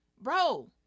Bro